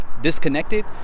disconnected